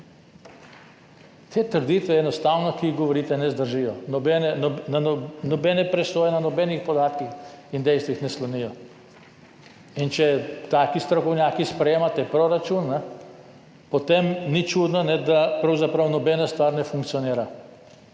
Te trditve, ki jih govorite, enostavno ne zdržijo nobene presoje, na nobenih podatkih in dejstvih ne slonijo. In če taki strokovnjaki sprejemate proračun, potem ni čudno, da pravzaprav nobena stvar ne funkcionira,